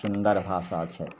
सुन्दर भाषा छै